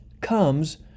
comes